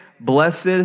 blessed